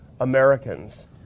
Americans